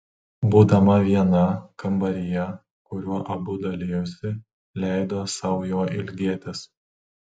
būdama viena kambaryje kuriuo abu dalijosi leido sau jo ilgėtis